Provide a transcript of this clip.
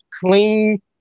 clean